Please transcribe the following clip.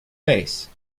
face